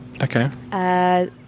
Okay